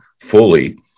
fully